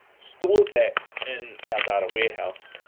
stored that in our data warehouse.